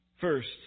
First